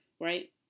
right